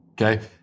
Okay